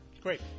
great